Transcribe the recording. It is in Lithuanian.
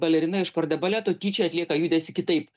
balerina iš kordebaleto tyčia atlieka judesį kitaip